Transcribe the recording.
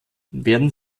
werden